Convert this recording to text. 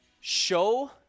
show